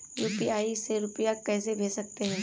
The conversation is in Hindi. यू.पी.आई से रुपया कैसे भेज सकते हैं?